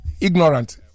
ignorant